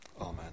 Amen